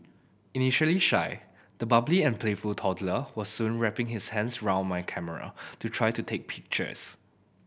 initially shy the bubbly and playful toddler was soon wrapping his hands round my camera to try to take pictures